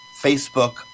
Facebook